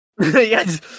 Yes